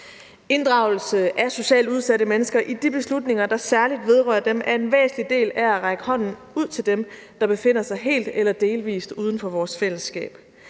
Inddragelse af socialt udsatte mennesker i de beslutninger, der særlig vedrører dem, er en væsentlig del af at række hånden ud til dem, der befinder sig helt eller delvis uden for vores fællesskab.